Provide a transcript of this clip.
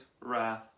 wrath